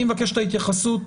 אני מבקש את ההתייחסות,